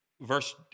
verse